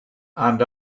and